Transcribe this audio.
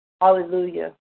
Hallelujah